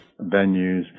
venues